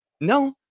no